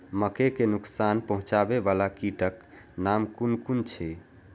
मके के नुकसान पहुँचावे वाला कीटक नाम कुन कुन छै?